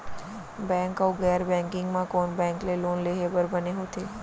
Bank अऊ गैर banking म कोन बैंक ले लोन लेहे बर बने होथे?